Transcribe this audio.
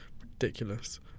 ridiculous